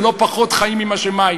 זה לא פחות חיים ממים.